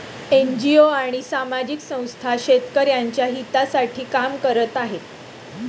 NGO आणि सामाजिक संस्था शेतकऱ्यांच्या हितासाठी काम करत आहेत